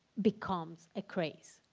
becomes a craze,